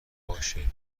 باشه